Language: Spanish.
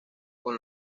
con